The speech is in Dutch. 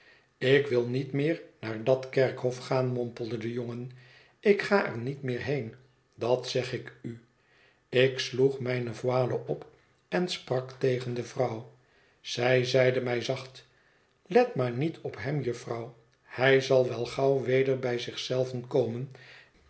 ik wil niet meer naar dat kerkhof gaan mompelde de jongen ik ga er niet meer heen dat zeg ik u ik sloeg mijne voile op én sprak tegen de vrouw zij zeide mij zacht let maar niet op hem jufvrouw hij zal wel gauw weder bij zich zelven komen